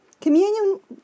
Communion